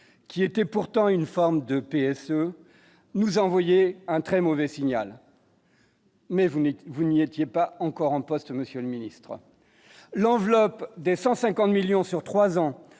qui était pourtant une forme de PSE nous a envoyé un très mauvais signal. Mais vous n'est, vous n'y étiez pas encore en poste, monsieur le ministre, l'enveloppe de 150 millions sur 3 ans,